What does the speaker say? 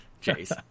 Chase